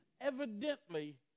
evidently